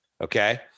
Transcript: Okay